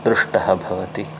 दृष्टः भवति